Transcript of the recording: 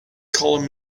calling